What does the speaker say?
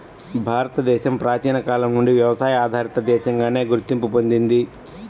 భారతదేశం ప్రాచీన కాలం నుంచి వ్యవసాయ ఆధారిత దేశంగానే గుర్తింపు పొందింది